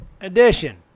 edition